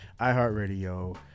iHeartRadio